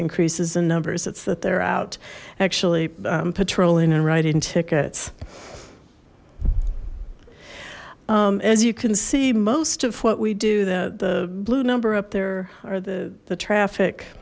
increases in numbers it's that they're out actually patrolling and writing tickets as you can see most of what we do that the blue number up there are the the traffic